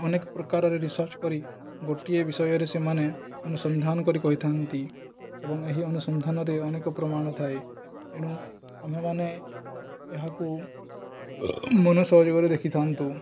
ଅନେକ ପ୍ରକାରରେ ରିସର୍ଚ୍ଚ କରି ଗୋଟିଏ ବିଷୟରେ ସେମାନେ ଅନୁସନ୍ଧାନ କରି କହିଥାନ୍ତି ଏବଂ ଏହି ଅନୁସନ୍ଧାନରେ ଅନେକ ପ୍ରମାଣ ଥାଏ ଏଣୁ ଆମ୍ଭେମାନେ ଏହାକୁ ମନ ସହଯୋଗରେ ଦେଖିଥାନ୍ତୁ